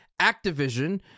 Activision